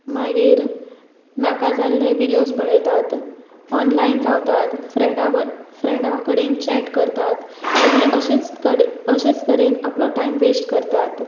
मागीर नाका जाल्ले विडिओस पळयतात ऑनलायन रावतात फ्रेंडा फ्रेंडा कडेन चॅट करतात आनी अशेंच कडेन अशेंच तरेन आपलो टायम वेस्ट करतात